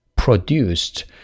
produced